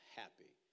happy